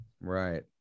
Right